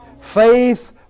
Faith